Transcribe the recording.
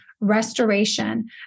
Restoration